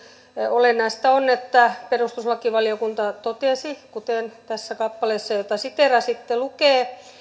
olennaista on että perustuslakivaliokunta totesi kuten tässä kappaleessa jota siteerasitte lukee